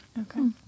Okay